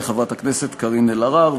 תהיה חברת הכנסת קארין אלהרר.